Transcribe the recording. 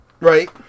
Right